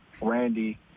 Randy